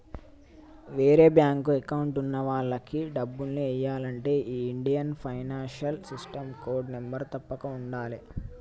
వేరే bank account ఉన్న వాళ్లకి డబ్బుల్ని ఎయ్యాలంటే ఈ Indian financial system code number తప్పక ఉండాలే